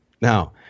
now